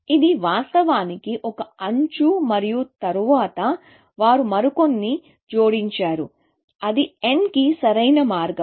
ఇది వాస్తవానికి ఒక అంచు మరియు తరువాత వారు మరికొన్ని జోడించారు అది nకి సరైన మార్గం